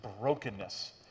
brokenness